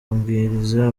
amabwiriza